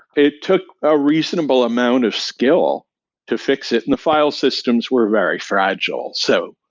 it took a reasonable amount of skill to fix it, and the file systems were very fragile. so,